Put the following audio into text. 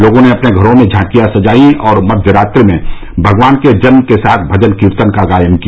लोग अपने घरो में झांकिया सजाया और मध्य रात्रि में भगवान के जन्म के साथ भजन कीर्तन का गायन किया